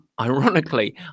ironically